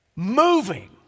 moving